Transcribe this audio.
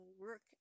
work